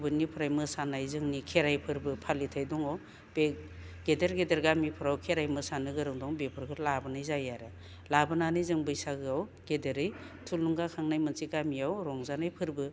बबेनिफ्राय मोसानाय जोंनि खेराइ फोरबो फालिथाय दङ बे गेदेर गेदेर गामिफोराव खेराइ मोसानो गोरों दं बेफोरखौ लाबोनाय जायो आरो लाबोनानै जों बैसागोआव गेदेरै थुलुंगा खांनाय मोनसे गामियाव रंजानाय फोरबो